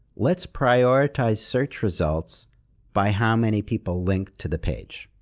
let's prioritize search results by how many people link to the page.